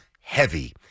heavy